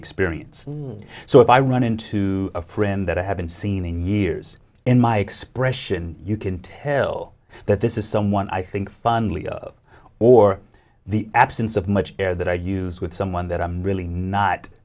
experience so if i run into a friend that i haven't seen in years in my expression you can tell that this is someone i think fondly of or the absence of much air that i use with someone that i'm really not